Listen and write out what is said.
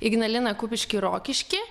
ignaliną kupiškį rokiškį